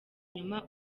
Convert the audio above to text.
inyuma